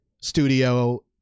Studio